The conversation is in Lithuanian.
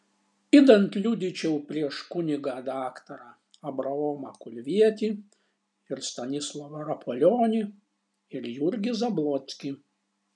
idant liudyčiau prieš kunigą daktarą abraomą kulvietį ir stanislovą rapolionį ir jurgį zablockį